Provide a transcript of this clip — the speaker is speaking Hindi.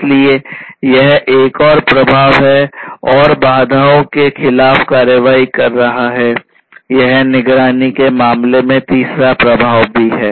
इसलिए यह एक और प्रभाव है और बाधाओं के खिलाफ कार्रवाई कर रहा है यह निगरानी के मामले में तीसरा प्रभाव भी है